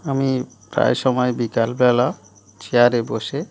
আমি প্রায় সময় বিকালবেলা চেয়ারে বসে